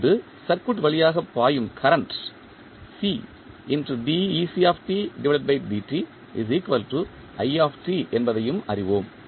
இப்போது சர்க்யூட் வழியாக பாயும் கரண்ட் என்பதையும் அறிவோம்